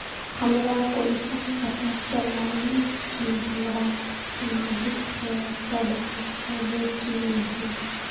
हमरा कुंसम पता चला इ की हमरा समाजिक सेवा प्रदान होबे की नहीं?